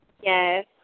Yes